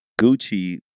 Gucci